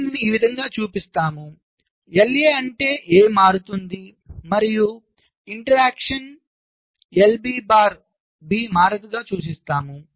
దీనిని ఈ విధంగా చూపిస్తాము LA అంటే A మారుతుంది మరియు ఇంటర్సెక్షన్ LB బార్B మారదు గా సూచిస్తాము